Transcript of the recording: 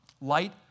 Light